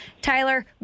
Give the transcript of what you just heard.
Tyler